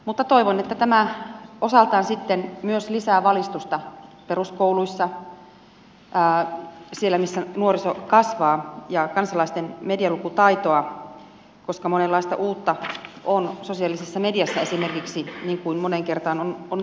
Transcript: mutta toivon että tämä osaltaan sitten myös lisää valistusta peruskouluissa siellä missä nuoriso kasvaa ja kansalaisten medialukutaitoa koska monenlaista uutta on sosiaalisessa mediassa esimerkiksi niin kuin moneen kertaan on todettu